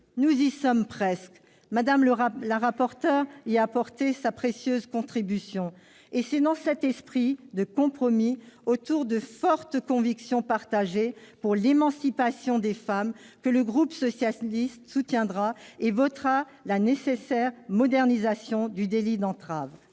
Nous y sommes presque ! Mme la rapporteur a apporté sa précieuse contribution, et c'est dans cet esprit de compromis, autour de fortes convictions partagées en faveur de l'émancipation des femmes, que le groupe socialiste et républicain votera la nécessaire modernisation du délit d'entrave.